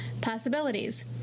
possibilities